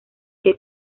que